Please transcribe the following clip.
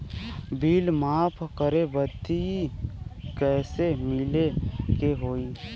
Bill माफ करे बदी कैसे मिले के होई?